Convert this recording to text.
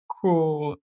cool